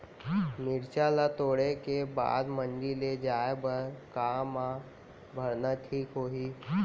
मिरचा ला तोड़े के बाद मंडी ले जाए बर का मा भरना ठीक होही?